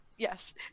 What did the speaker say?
Yes